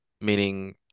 meaning